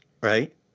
Right